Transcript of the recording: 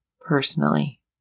personally